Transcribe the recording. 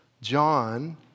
John